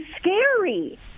scary